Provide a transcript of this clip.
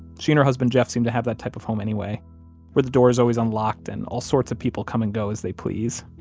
she and her husband jeff seemed to have the type of home anyway where the door is always unlocked and all sorts of people come and go as they please.